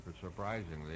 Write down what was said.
surprisingly